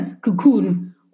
cocoon